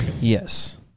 Yes